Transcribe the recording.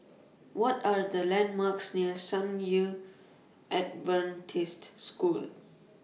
What Are The landmarks near San Yu Adventist School